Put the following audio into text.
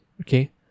okay